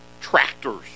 tractors